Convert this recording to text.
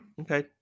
Okay